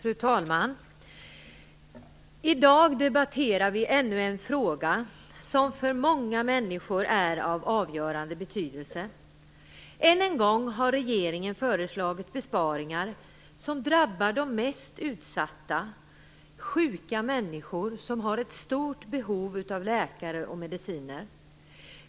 Fru talman! I dag debatterar vi ännu en fråga som är av avgörande betydelse för många människor. Än en gång har regeringen föreslagit besparingar som drabbar de mest utsatta, dvs. sjuka människor som har ett stort behov av läkare och mediciner.